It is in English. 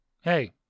hey